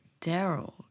Daryl